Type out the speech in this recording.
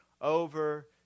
over